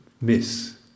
miss